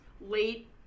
late